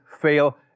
fail